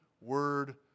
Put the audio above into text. word